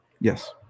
Yes